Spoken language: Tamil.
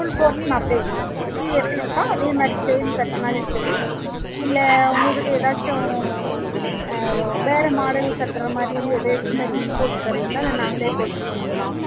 ஃபுல் போர்ஷன் அப்படியே கீழே எப்படி இருக்கோ அதே மாதிரி செயின் கட்டினாலும் சரி இல்லை உங்கள்கிட்ட எதாச்சும் வேறு மாடல் கட்றமாதிரி எதாவது எஸ்டிமேட் நீங்கள் போட்டுத்தர்றீங்களா நாங்களே போட்டுக்கொடுக்குணுங்ளா